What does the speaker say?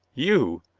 you!